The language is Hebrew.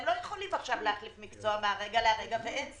הם לא יכולים להחליף מקצוע מעכשיו לעכשיו וגם אין סיבה,